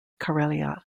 karelia